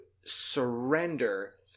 surrender